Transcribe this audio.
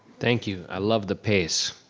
thank you, i love the pace.